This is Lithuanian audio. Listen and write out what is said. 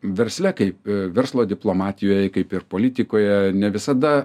versle kaip verslo diplomatijoje kaip ir politikoje ne visada